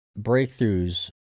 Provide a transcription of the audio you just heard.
Breakthroughs